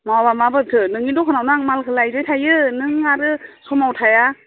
नङाब्ला माथो नोंनि दखानावनो आं माल लायबाय थायो नों आरो समाव थाया